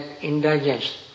indulgence